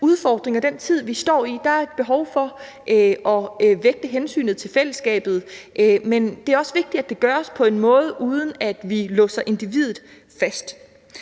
udfordring og den tid, vi står i, er der et behov for at vægte hensynet til fællesskabet, men det er også vigtigt, at det gøres på en måde, uden at vi låser individet fast.